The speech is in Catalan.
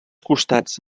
costats